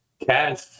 Cash